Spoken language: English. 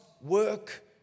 work